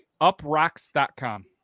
uprocks.com